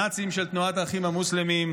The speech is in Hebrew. הנאצים של תנועת האחים המוסלמים,